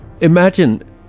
imagine